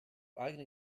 eigene